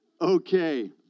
Okay